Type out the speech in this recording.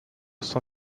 cent